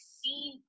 seen